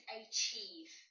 achieve